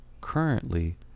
currently